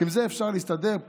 עם זה אפשר להסתדר.